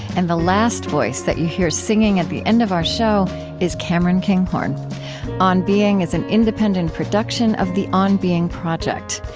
and the last voice that you hear singing at the end of our show is cameron kinghorn on being is an independent production of the on being project.